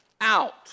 out